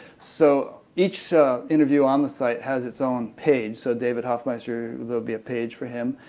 so each so interview on the site has its own page, so david hoffmeister there'll be a page for him.